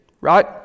right